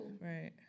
Right